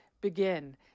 begin